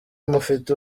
mufite